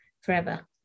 forever